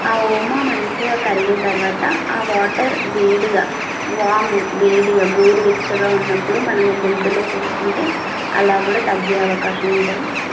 ఆ ఓమా మంచిగా కరిగిన తర్వాత ఆ వాటర్ వేడిగా వాము వేడిగా గోరువెచ్చగా ఉన్నప్పుడు మనం గొంతులో పోసుకుంటే అలా కూడా తగ్గే అవకాశం ఉంటుంది